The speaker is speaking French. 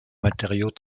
matériaux